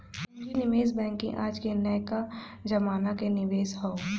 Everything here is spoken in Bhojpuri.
पूँजी निवेश बैंकिंग आज के नयका जमाना क निवेश हौ